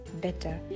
better